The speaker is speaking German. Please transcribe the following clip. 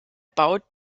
baut